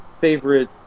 favorite